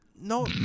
No